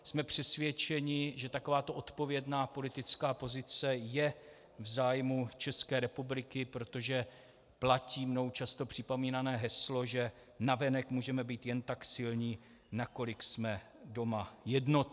Jsme přesvědčeni, že takováto odpovědná politická pozice je v zájmu České republiky, protože platí mnou často připomínané heslo, že navenek můžeme být jen tak silní, nakolik jsme doma jednotní.